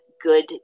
good